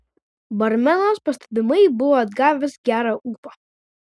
barmenas pastebimai buvo atgavęs gerą ūpą